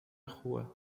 rua